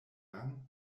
young